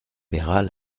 peyrat